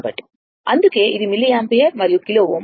కాబట్టి అందుకే ఇది మిల్లియాంపియర్ మరియు కిలో Ω